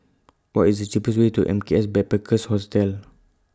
What IS The cheapest Way to M K S Backpackers Hostel